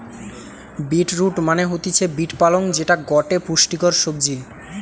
bit root মানে হতিছে beet পালং যেটা গটে পুষ্টিকর সবজি